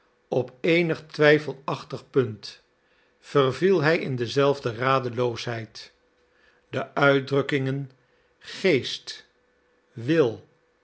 op eenig twijfelachtig punt verviel hij in dezelfde radeloosheid de uitdrukkingen geest wil